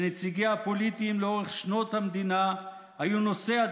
שנציגיה הפוליטיים לאורך שנות המדינה היו נושאי